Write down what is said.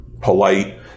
polite